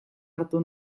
hartu